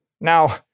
Now